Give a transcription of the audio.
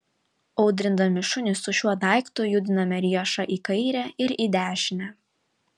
audrindami šunį su šiuo daiktu judiname riešą į kairę ir į dešinę